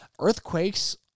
Earthquakes